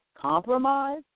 Compromise